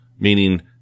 meaning